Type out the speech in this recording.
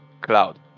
cloud